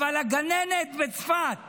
אבל הגננת בצפת